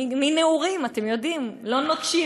מנעורים, אתם יודעים, לא נוטשים